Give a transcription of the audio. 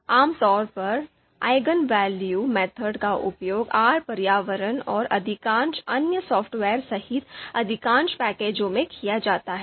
आमतौर पर eigenvalue पद्धति का उपयोग आर पर्यावरण और अधिकांश अन्य सॉफ़्टवेयर सहित अधिकांश पैकेजों में किया जाता है